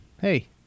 Hey